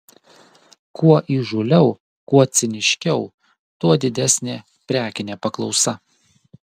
kuo įžūliau kuo ciniškiau tuo didesnė prekinė paklausa